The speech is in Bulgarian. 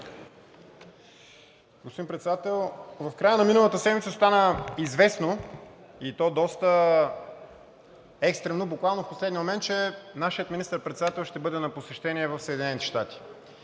Господин Председател, в края на миналата седмица стана известно, и то доста екстрено, буквално в последния момент, че нашият министър председател ще бъде на посещение в Съединените щати.